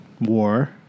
war